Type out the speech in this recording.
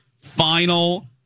final